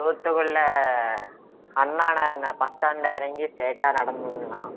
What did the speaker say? தூத்துக்குடியில் அண்ணாநகர்ணே பஸ் ஸ்டாண்ட்டில் இறங்கி ஸ்ரைட்டாக நடந்து வந்துடலாம்